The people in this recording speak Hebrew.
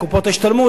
קופות ההשתלמות,